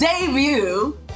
debut